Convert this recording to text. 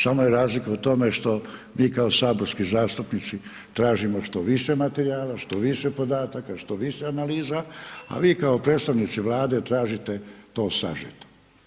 Samo je razlika u tome što mi kao saborski zastupnici tražimo što više materijala, što više podataka, što više analiza, a vi kao predstavnici Vlade tražite to sažeto.